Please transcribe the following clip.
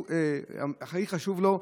שהכי חשובים לו,